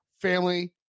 family